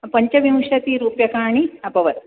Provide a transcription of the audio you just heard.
पञ्चविंशतिरूप्यकाणि अभवत्